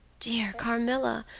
dear carmilla,